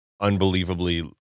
unbelievably